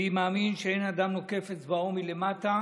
אני מאמין שאין אדם נוקף אצבעו מלמטה